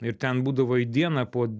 ir ten būdavo į dieną po